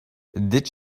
did